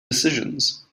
decisions